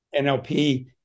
NLP